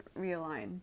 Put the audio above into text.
realign